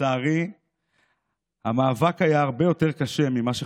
לצערי המאבק היה הרבה יותר קשה ממה שחשבתי.